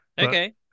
Okay